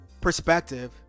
perspective